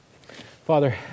Father